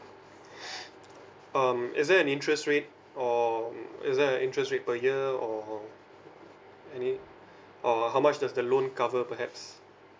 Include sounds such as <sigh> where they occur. <breath> um is there an interest rate or is there an interest rate per year or any or how much does the loan cover perhaps